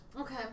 okay